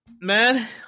man